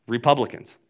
Republicans